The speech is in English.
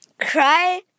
cry